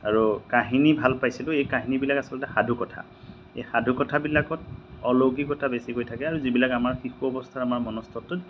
আৰু কাহিনী ভাল পাইছিলোঁ এই কাহিনীবিলাক আচলতে সাধুকথা এই সাধুকথাবিলাকত অলৌকিকতা বেছিকৈ থাকে আৰু যিবিলাক আমাৰ শিশু অৱস্থাৰ আমাৰ মনস্তত্ত্বটোত